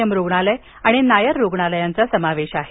M रूग्णालय आणि नायर रूग्णालयांचा यात समावेश आहे